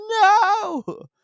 no